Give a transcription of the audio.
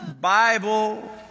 Bible